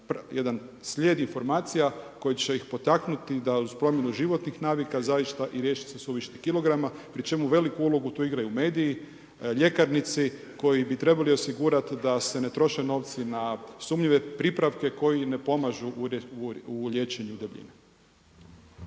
jedan slijed informacija koji će ih potaknuti da uz promjenu životnih navika zaista i riješi se suvišnih kilograma pri čemu veliku ulogu tu igraju mediji, ljekarnici koji bi trebali osigurati da se ne troše novci na sumnjive pripravke koji ne pomažu u liječenju debljine.